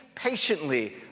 patiently